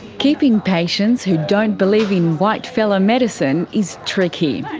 keeping patients who don't believe in white fella medicine is tricky. and